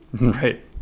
Right